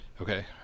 okay